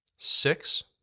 Six